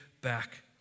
back